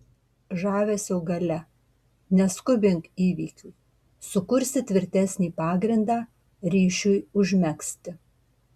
žavesio galia neskubink įvykių sukursi tvirtesnį pagrindą ryšiui užmegzti